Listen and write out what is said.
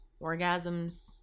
orgasms